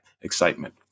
excitement